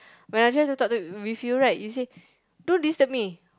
when I try to talk to you with you right you say don't disturb me